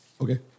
Okay